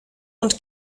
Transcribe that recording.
und